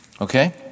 Okay